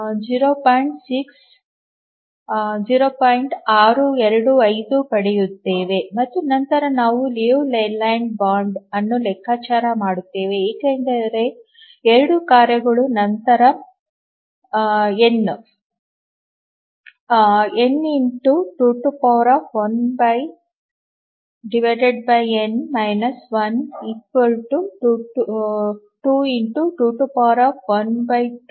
625 ಪಡೆಯುತ್ತೇವೆ ಮತ್ತು ನಂತರ ನಾವು ಲಿಯು ಲೇಲ್ಯಾಂಡ್ ಬೌಂಡ್ ಅನ್ನು ಲೆಕ್ಕಾಚಾರ ಮಾಡುತ್ತೇವೆ ಏಕೆಂದರೆ 2 ಕಾರ್ಯಗಳು ನಂತರ n n 20